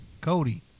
Cody